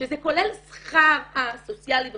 שזה כולל את השכר הסוציאלי וכו'.